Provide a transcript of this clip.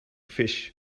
fish